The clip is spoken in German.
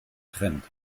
trend